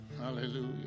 Hallelujah